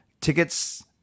Tickets